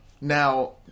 Now